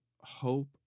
hope